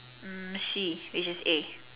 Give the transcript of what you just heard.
mm see which is A